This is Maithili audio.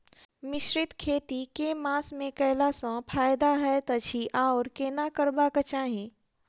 मिश्रित खेती केँ मास मे कैला सँ फायदा हएत अछि आओर केना करबाक चाहि?